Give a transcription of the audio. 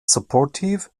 supportive